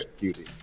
beauty